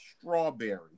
strawberry